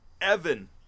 Evan